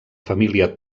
família